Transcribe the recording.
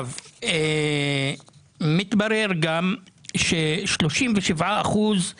מתברר גם ש-37 אחוזים